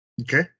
Okay